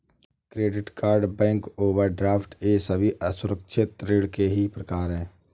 credit card bank overdraft ये सभी असुरक्षित ऋण के ही प्रकार है